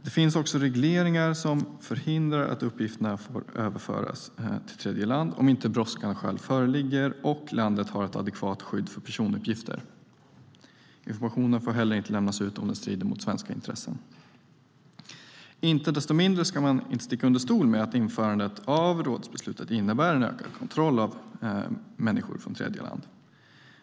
Det finns också regleringar som förhindrar att uppgifterna får överföras till tredjeland, om inte brådskande skäl föreligger och landet har ett adekvat skydd för personuppgifter. Informationen får inte heller lämnas ut om den strider mot svenska intressen. Inte desto mindre ska man inte sticka under stol med att införandet av rådsbeslutet innebär ökad kontroll av människor från tredjeland.